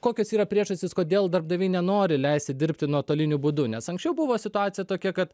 kokios yra priežastis kodėl darbdaviai nenori leisti dirbti nuotoliniu būdu nes anksčiau buvo situacija tokia kad